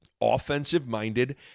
offensive-minded